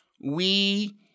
we-